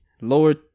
Lower